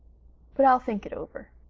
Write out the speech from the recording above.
but i'll think it over.